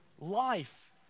life